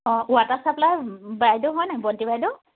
অঁ water supply বাইদেউ হয় নাই বণ্টি বাইদেউ